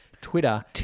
Twitter